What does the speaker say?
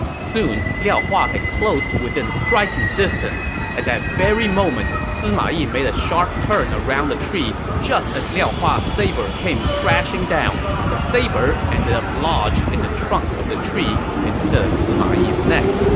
soon, liao hua had closed to within striking distance. at that very moment, sima yi made a sharp turn around a tree just as liao hua's saber came crashing down. the saber ended up lodged in the trunk of the tree instead of sima yi's neck,